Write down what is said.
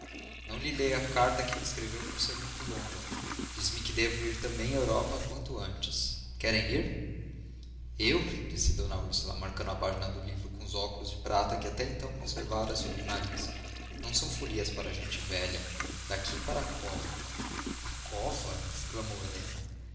não lhe leio a carta que me escreveu por ser muito longa diz-me que devo ir também à europa quanto antes querem ir eu disse d úrsula marcando a página do livro com os óculos de prata que até então conservara sobre o nariz não são folias para gente velha daqui para a cova a cova exclamou helena